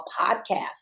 podcast